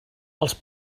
els